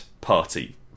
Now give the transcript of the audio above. party